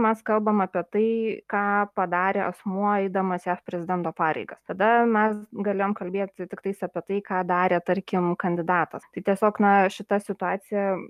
mes kalbam apie tai ką padarė asmuo eidamas jav prezidento pareigas tada mes galėjom kalbėti tiktais apie tai ką darė tarkim kandidatas tai tiesiog na šita situacija